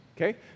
Okay